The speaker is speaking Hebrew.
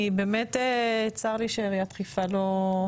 אני באמת צר לי שעיריית חיפה לא.